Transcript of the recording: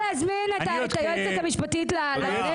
מותר להזמין את היועצת המשפטית לכנסת.